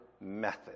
method